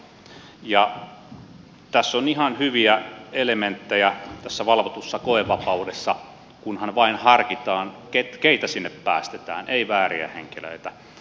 tässä valvotussa koevapaudessa on ihan hyviä elementtejä kunhan vain harkitaan keitä sinne päästetään ei vääriä henkilöitä